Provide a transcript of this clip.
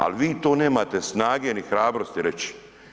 Ali vi to nemate snage ni hrabrosti reći.